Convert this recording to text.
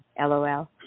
lol